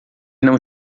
não